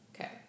Okay